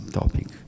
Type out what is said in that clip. topic